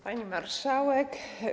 Pani Marszałek!